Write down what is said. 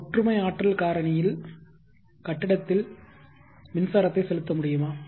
ஒற்றுமை ஆற்றல் காரணியில் கட்டத்தில் மின்சாரத்தை செலுத்த முடியுமா